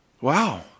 Wow